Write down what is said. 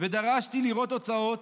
ודרשתי לראות תוצאות